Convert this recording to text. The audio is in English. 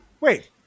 Wait